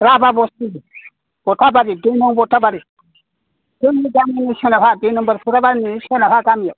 राभा बस्ति हताबारि दुइ नं हताबारि जोंनि गामि ओनसोलावहाय दुइ नम्बर हुराबारिनि सोनाबहा गामि